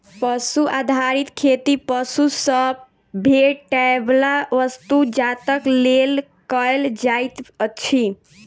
पशु आधारित खेती पशु सॅ भेटैयबला वस्तु जातक लेल कयल जाइत अछि